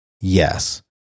yes